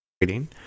reading